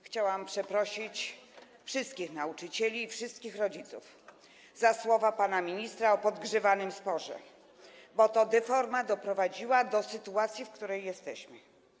Chciałabym przeprosić wszystkich nauczycieli i wszystkich rodziców za słowa pana ministra o podgrzewanym sporze, bo to deforma doprowadziła do sytuacji, w której jesteśmy.